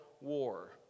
war